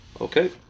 Okay